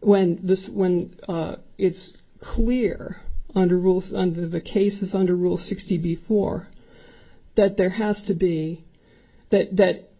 when this when it's clear under rules under the cases under rule sixty before that there has to be that